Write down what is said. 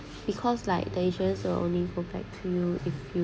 because like the insurance are only perfect to you if you